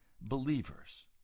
believers